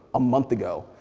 a month ago?